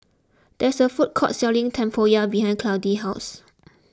there is a food court selling Tempoyak behind Clydie's house